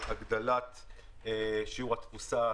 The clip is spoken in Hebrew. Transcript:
בהגדלת שיעור התפוסה,